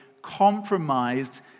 compromised